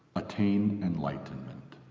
attain enlightenment,